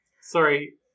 sorry